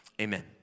Amen